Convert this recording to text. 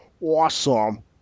Awesome